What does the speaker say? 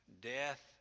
death